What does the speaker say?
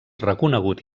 reconegut